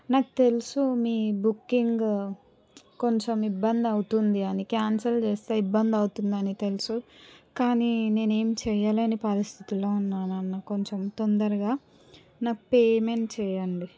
నాకు తెలుసు మీ బుక్కింగు కొంచెం ఇబ్బంది అవుతుంది అని క్యాన్సిల్ చేస్తే ఇబ్బంది అవుతుందని తెలుసు కానీ నేను ఏం చెయ్యలేని పరిస్థితిలో ఉన్నానన్నా కొంచెం తొందరగా నాకు పేమెంట్ చేయండి